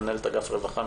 מנהלת אגף רווחה,